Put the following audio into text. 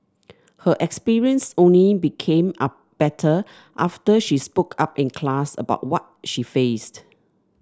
her experience only became up better after she spoke up in class about what she faced